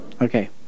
Okay